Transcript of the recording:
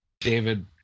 David